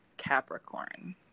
Capricorn